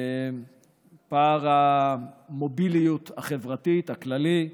פער המוביליות החברתית הכללי,